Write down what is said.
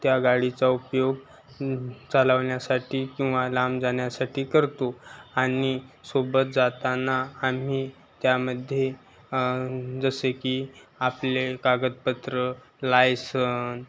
त्या गाडीचा उपयोग चालवण्यासाठी किंवा लांब जाण्यासाठी करतो आणि सोबत जाताना आम्ही त्यामध्ये जसे की आपले कागदपत्रं लायसन